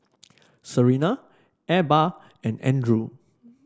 Serena Ebba and Andrew